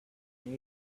made